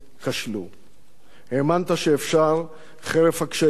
האמנת שאפשר, חרף הקשיים ולמרות המגבלות.